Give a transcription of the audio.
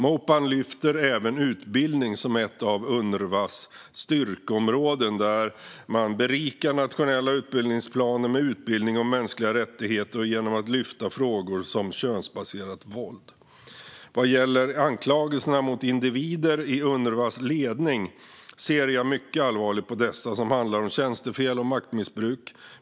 Mopan lyfter även fram utbildning som ett av Unrwas styrkeområden, där man berikar nationella utbildningsplaner med utbildning om mänskliga rättigheter och genom att lyfta fram frågor som könsbaserat våld. Vad gäller anklagelserna mot individer i Unrwas ledning ser jag mycket allvarligt på dem som handlar om tjänstefel och maktmissbruk.